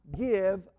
give